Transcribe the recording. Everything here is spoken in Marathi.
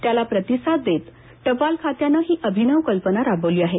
त्याला प्रतिसाद देत टपाल खात्यानं ही अभिनव कल्पना राबवली आहे